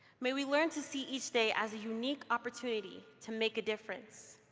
may we learn to see each day as a unique opportunity to make a difference